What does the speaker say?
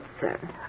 sir